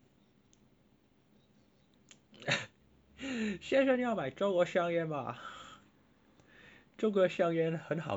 先生要买中国香烟吗中国香烟很好吃